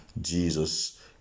Jesus